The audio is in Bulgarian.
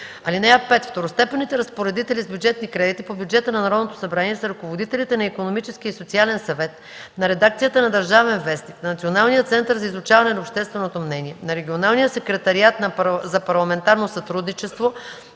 съюз. (5) Второстепенните разпоредители с бюджетни кредити по бюджета на Народното събрание са ръководителите на Икономическия и социален съвет, на редакцията на „Държавен вестник”, на Националния център за изучаване на общественото мнение, на Регионалния секретариат за парламентарно сътрудничество